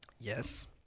yes